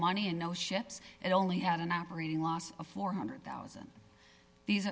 money and no ships it only had an operating loss of four hundred thousand these